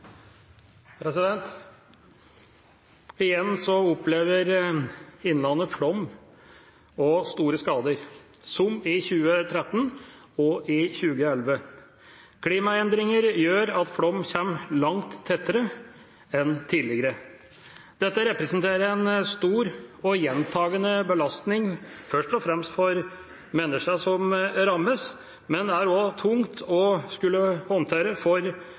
store skader, som i 2013 og i 2011. Klimaendringer gjør at flommer kommer langt tettere enn tidligere. Dette representerer en stor og gjentakende belastning, først og fremst for menneskene som rammes, men det er også tungt å skulle håndtere for